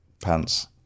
Pants